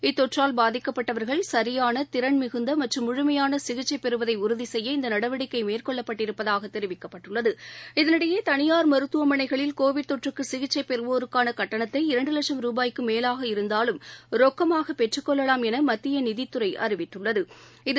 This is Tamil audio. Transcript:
இத்தொற்றால் பாதிக்கப்பட்டவர்கள் சரியான திறன்மிகுந்தமற்றம் முழுமையானசிகிச்சைபெறுவதைஉறுதிசெய்ய இந்தநடவடிக்கைமேற்கொள்ளப்பட்டிருப்பதாகத் தெரிவிக்கப்பட்டுள்ளது இதனிடையே தனியார் மருத்துவமனைகளில் கோவிட் தொற்றுக்குசிகிச்சைபெறுவோருக்கானகட்டணத்தை இரண்டுவட்சம் இருந்தாலும் ரொக்கமாகப் பெற்றுக் கொள்ளலாம் எனமத்தியநிதித்துறைஅறிவித்துள்ளது